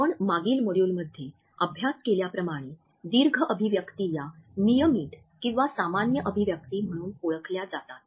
आपल्या मागील मॉड्यूलमध्ये अभ्यास केल्याप्रमाणे दीर्घ अभिव्यक्ती या नियमित किंवा सामान्य अभिव्यक्ती म्हणून ओळखल्या जातात